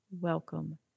welcome